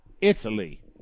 Italy